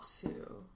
two